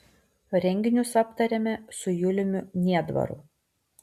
renginius aptarėme su juliumi niedvaru